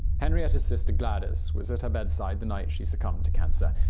henrietta's sister gladys was at her bedside the night she succumbed to cancer.